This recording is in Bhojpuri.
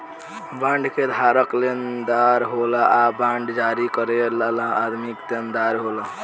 बॉन्ड के धारक लेनदार होला आ बांड जारी करे वाला आदमी देनदार होला